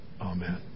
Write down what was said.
Amen